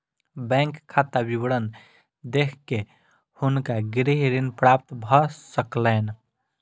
bank खाता विवरण देख के हुनका गृह ऋण प्राप्त भ सकलैन